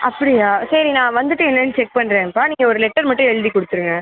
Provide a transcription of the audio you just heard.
அப்படியா சரி நான் வந்துட்டு என்னென்னு செக் பண்கிறேன்ப்பா நீங்கள் ஒரு லெட்டர் மட்டும் எழுதி கொடுத்துருங்க